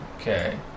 Okay